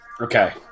Okay